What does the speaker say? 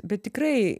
bet tikrai